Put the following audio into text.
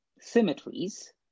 symmetries